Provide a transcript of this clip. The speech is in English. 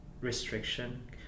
restriction